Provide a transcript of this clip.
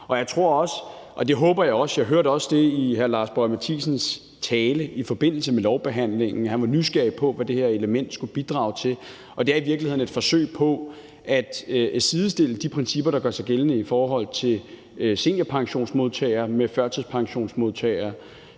sig frem til. Og jeg tror også, at jeg i hr. Lars Boje Mathiesens tale i forbindelse med lovbehandlingen hørte, at han var nysgerrig på, hvad det her element skulle bidrage til. Og det er i virkeligheden et forsøg på at sidestille de principper, der gør sig gældende i forhold til seniorpensionsmodtagere, med førtidspensionsmodtagere.